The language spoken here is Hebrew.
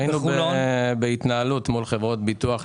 היינו בהתנהלות מול חברות ביטוח.